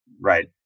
right